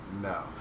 No